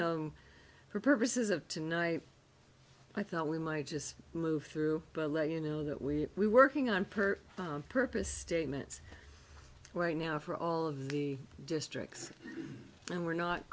know for purposes of tonight i thought we might just move through but let you know that we we're working on per purpose statements right now for all of the districts and we're not